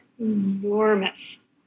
enormous